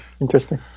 Interesting